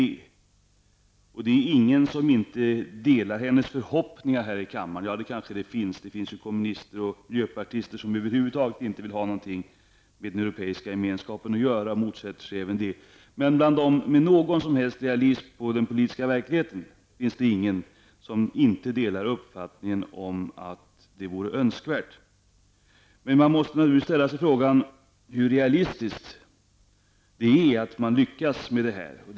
Det finns ingen här i kammaren som inte delar hennes förhoppning med undantag av de kommunister och miljöpartister som över huvud taget inte vill ha någonting med den Europeiska gemenskapen att göra. Men bland dem med någon som helst realistisk syn på den ekonomiska och politiska verkligheten finns det ingen som inte delar uppfattningen om att ett EES avtal vore önskvärt. Man måste dock ställa sig frågan hur realistiskt det är att förhandlingarna lyckas.